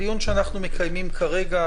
הדיון שאנחנו מקיימים כרגע,